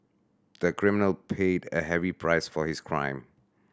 the criminal paid a heavy price for his crime